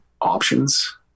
options